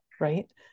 right